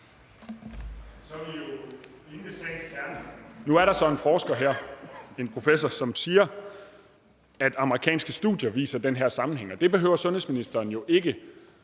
forsker her, en professor, som siger, at amerikanske studier viser den her sammenhæng. Det behøver sundhedsministeren jo ikke